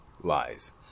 lies